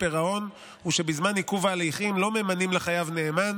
פירעון הוא שבזמן עיכוב ההליכים לא ממנים לחייב נאמן,